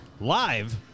live